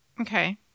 Okay